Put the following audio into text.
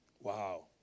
wow